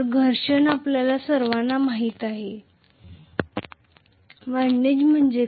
घर्षण आपल्या सर्वांना माहित आहे विंडिज म्हणजे काय